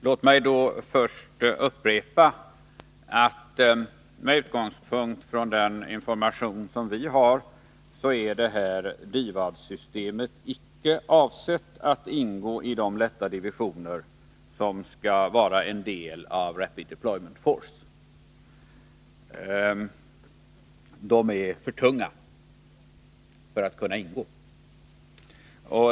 Låt mig först upprepa att med utgångspunkt i den information som vi har är DIVAD-systemet icke avsett att ingå i de lätta divisioner som skall vara en del av Rapid Deployment Force. De är för tunga för att kunna ingå.